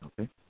Okay